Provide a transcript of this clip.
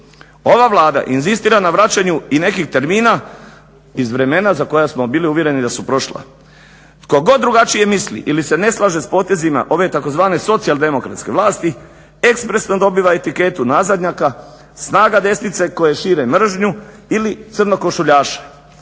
Ova Vlada inzistira na vraćanju i nekih termina iz vremena za koja smo bili uvjereni da su prošla. Tko god drugačije misli ili se ne slaže s potezima ove tzv. socijaldemokratske vlasti ekspresno dobiva etiketu nazadnjaka, snaga desnice koje šire mržnju ili crnokošuljaša.